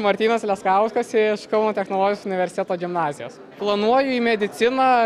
martynas leskauskas iš kauno technologijos universiteto gimnazijos planuoju į mediciną